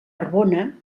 arbona